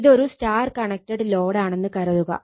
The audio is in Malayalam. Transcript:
ഇതൊരു Y കണക്റ്റഡ് ലോഡ് ആണെന്ന് കരുതുക